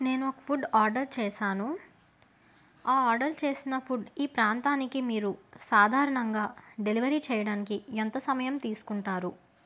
నేను ఒక food order చేశాను ఆ ఆర్డర్ చేసిన ఫుడ్ ఈ ప్రాంతానికి మీరు సాధారణంగా డెలివరీ చేయడానికి ఎంత సమయం తీసుకుంటారు